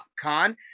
con